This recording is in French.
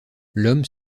l’homme